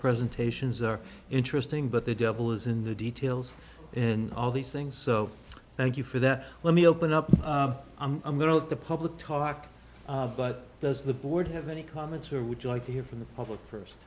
presentations are interesting but the devil is in the details and all these things so thank you for that let me open up i'm going to let the public talk but does the board have any comments or would you like to hear from the public